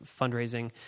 fundraising